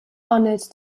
honored